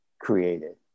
created